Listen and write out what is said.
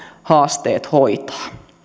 haasteet hoitaa